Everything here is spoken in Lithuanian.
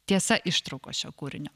tiesa ištraukos šio kūrinio